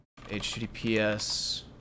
HTTPS